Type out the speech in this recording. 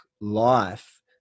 life